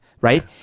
right